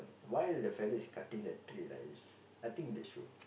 while the fella is cutting the tree right he's I think they should